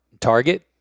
Target